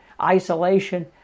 isolation